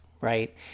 Right